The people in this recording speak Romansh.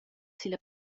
silla